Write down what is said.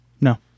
No